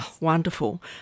wonderful